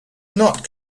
not